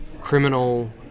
criminal